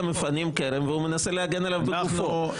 מפנים כרם והוא מנסה להגן עליו בגופו.